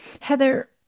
Heather